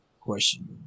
question